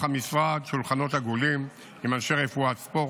המשרד שולחנות עגולים עם אנשי רפואת ספורט,